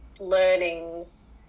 learnings